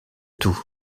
tout